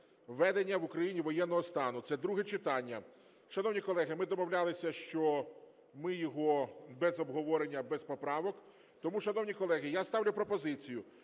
ведення в Україні воєнного стану. Це друге читання. Шановні колеги, ми домовлялися, що ми його без обговорення, без поправок. Тому, шановні колеги, я ставлю пропозицію